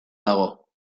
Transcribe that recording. dago